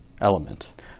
element